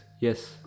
Yes